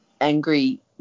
angry